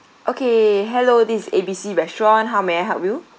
okay hello this is A B C restaurant how may I help you